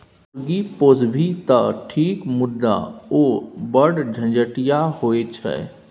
मुर्गी पोसभी तँ ठीक मुदा ओ बढ़ झंझटिया होए छै